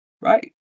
Right